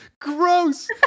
gross